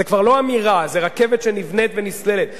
זה כבר לא אמירה, זה רכבת שנבנית ונסללת.